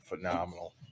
phenomenal